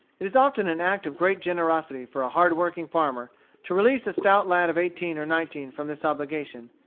it is often an act of great generosity for a hard-working farmer to release a stout lad of eighteen or nineteen from this obligation,